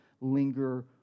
linger